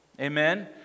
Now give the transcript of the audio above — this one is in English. Amen